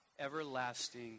everlasting